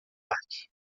parque